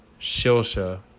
Shilsha